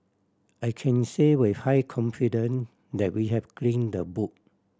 I can say with high confidence that we have clean the book